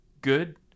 good